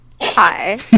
hi